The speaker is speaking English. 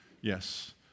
Yes